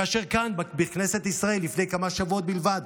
כאשר כאן, בכנסת ישראל, לפני כמה שבועות בלבד,